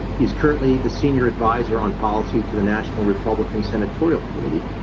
he's currently the senior advisor on policy to the national republican senatorial committee,